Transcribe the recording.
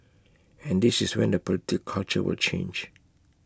and this is when the political culture will change